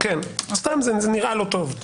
זה סתם נראה לא טוב.